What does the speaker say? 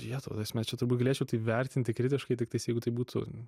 jetau sme čia turbūt galėčiau tai vertinti kritiškai tiktais jeigu tai būtų